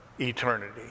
eternity